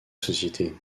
société